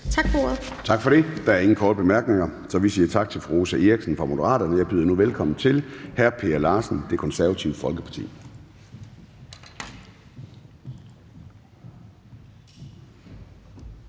Tak for det. Der er ingen korte bemærkninger. Så vi siger tak til fru Rosa Eriksen fra Moderaterne. Jeg byder nu velkommen til hr. Per Larsen, Det Konservative Folkeparti.